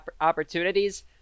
opportunities